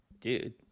dude